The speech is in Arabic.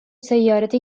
سيارتك